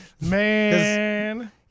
Man